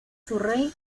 surrey